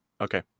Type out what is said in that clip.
okay